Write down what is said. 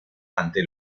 ante